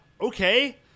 okay